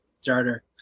starter